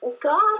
God